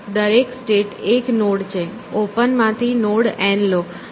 દરેક સ્ટેટ એક નોડ છે ઓપન માંથી નોડ N લો